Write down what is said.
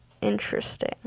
interesting